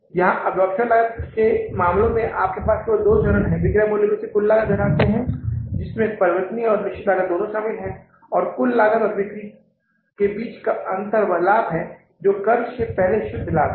जहां अब्जॉर्प्शन लागत के मामले में आपके पास केवल दो चरण हैं कुल बिक्री मूल्य में से कुल लागत परिवर्तनीय लागत और निश्चित लागत घटाते है और कुल लागत और बिक्री के बीच का अंतर वह लाभ है जो कर से पहले शुद्ध लाभ है